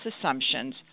assumptions